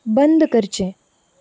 बंद करचें